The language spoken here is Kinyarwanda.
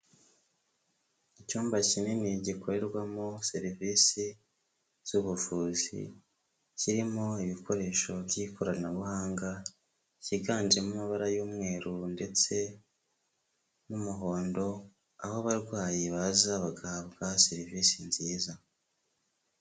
Icyumba kinini gikorerwamo serivisi z'ubuvuzi, kirimo ibikoresho by'ikoranabuhanga byiganjemo amabara y'umweru ndetse n'umuhondo, aho abarwayi baza bagahabwa serivisi nziza.